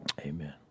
amen